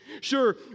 Sure